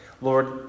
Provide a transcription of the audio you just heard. Lord